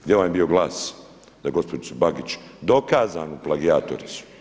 Gdje vam je bio glas za gospođicu Bagić, dokazanu plagijatoricu.